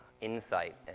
insight